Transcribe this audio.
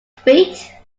feet